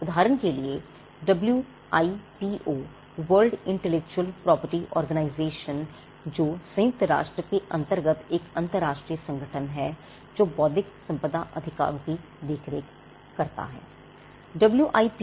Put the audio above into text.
उदाहरण के लिए W I P O World Intellectual Property Organization जो संयुक्त राष्ट्र के अंतर्गत एक अंतरराष्ट्रीय संगठन है जो बौद्धिक संपदा अधिकारों की देखरेख करता है